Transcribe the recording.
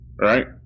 right